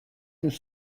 nous